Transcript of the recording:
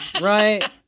right